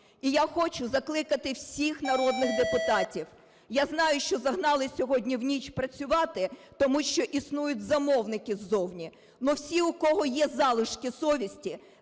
І я хочу закликати всіх народних депутатів, я знаю, що загнали сьогодні в ніч працювати, тому що існують замовники ззовні. Но всі, у кого є залишки совісті,